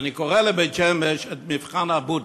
ואני קורא לבית-שמש "מבחן אבוטבול".